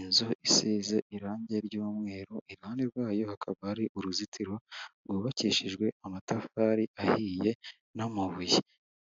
Inzu isize irangi ry'umweru, iruhande rwayo hakaba hari uruzitiro rwubakishijwe amatafari ahiye n'amabuye;